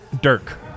Dirk